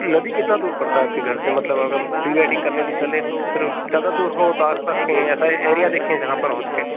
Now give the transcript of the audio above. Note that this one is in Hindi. नदी कितना दूर पड़ता है आपके घर से मतलब अगर हम प्रीवेडिंग करने भी चलें तो फिर ज्यादा दूर हो तो आस पास कहीं ऐसा एरिया देखें जहाँ पर हो सके